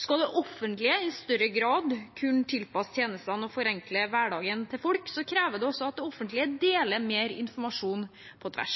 Skal det offentlige i større grad kunne tilpasse tjenestene og forenkle hverdagen til folk, krever det også at det offentlige deler mer informasjon på tvers.